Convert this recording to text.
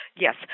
Yes